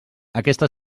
aquesta